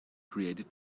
created